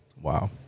Wow